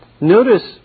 notice